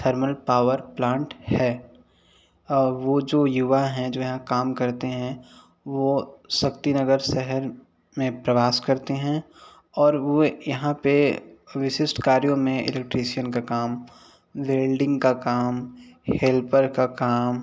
thermal power plant है वो जो युवा है जो यहाँ काम करते हैं वो शक्तिनगर शहर में प्रवास करते हैं और वे यहाँ पे विशिष्ट कार्यों में इलेक्ट्रिसियन का काम वेल्डिंग का काम हेल्पर का काम